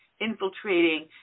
infiltrating